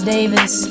Davis